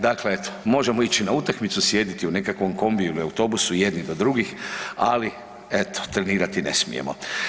Dakle, eto možemo ići na utakmicu, sjediti u nekakvim kombiju ili autobusu, jedni do drugih ali eto, trenirati ne smijemo.